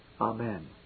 Amen